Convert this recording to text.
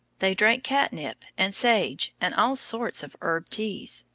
they drank catnip, and sage, and all sorts of herb teas,